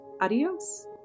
Adios